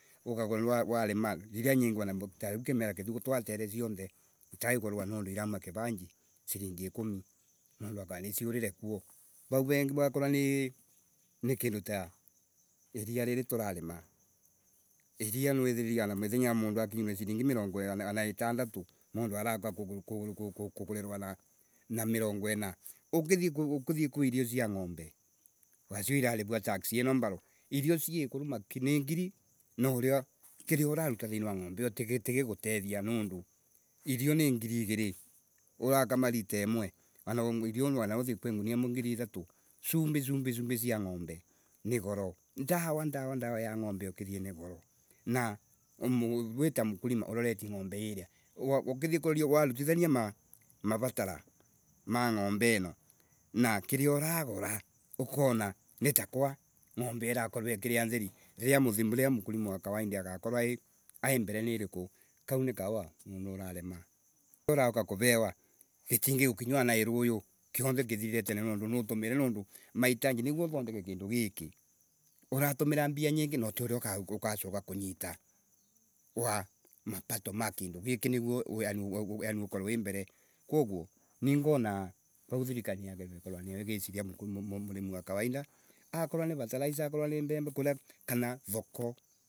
Uga ukowarima, iria nyingi wana o tariu kimera kithiru kotwatere siothe itaiigurwa tondu irauma kiranji tondu itaiigurwa tondu irauma kiranji, siringi ikumi. Mundu arandute siurire kuo. Rau rengi akokwani kindu ta iria riri turarima, iria niwithiriria wana mithenya ya mundu wana akinyie siringi mirongo wanai itandatu, mund a aarauka kugurirwa na mirongo inna. Ukithii kwi irio sia ng’ombe, wacio irarivua tax ino mbaro, irio cini ngiri no uriakiria uraruta thiini wa ng’ombe iyo tu kigutethia niundu irio ni ngiri igiri, urakama lita imwe, wana irio nwa ithie kwi ngunia imwe ngiri ithatu, sumbi, sumbi, sumbi sia ng’ombe ni ghoro. Dawa, dawa, dawa ya ng’ombe ukithii ni ya ghoro na, wita mukulina uroretie ng’ombe iria. Ukithii kuroria warutania mavatara ma ng’ombe ino na kiria uragura, ukona nitako ng’ombe irakorwa ikiria theri, ririaindie iria mukulima wa kawaida agakorwa e mbere ni iriku Kau ni kaua, ni urarima. Kiria urarewa gikingukinyia anai ruiyo. Kiothe kithirite niundu ni utumire niundu mahitaji noguo uthondeke kindu giki uratumira mbesa nyingi na ti iria ugauka kunyita, wa mapato ma kindu giki niguoyaani ukorwe wi mbere, ni ngiona, rau thirikari irati gukorwa anayo igiciaria mukurima wa kawaida akorwa ni rataliza akorwa ni mbembe kuria, kana thokoo.